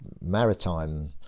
maritime